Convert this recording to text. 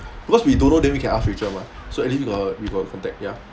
because we don't know then we can ask rachel mah so at least at least we got contact ya